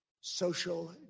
social